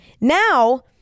Now